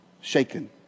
shaken